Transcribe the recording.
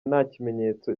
ntakimenyetso